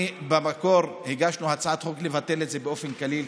במקור הגשנו הצעת חוק לבטל את זה באופן כללי,